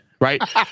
right